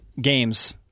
games